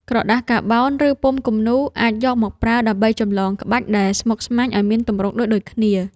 ក្រដាសកាបោន ឬពុម្ពគំនូរ អាចយកមកប្រើដើម្បីចម្លងក្បាច់ដែលស្មុគស្មាញឱ្យមានទម្រង់ដូចៗគ្នា។